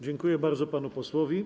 Dziękuję bardzo panu posłowi.